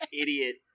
idiot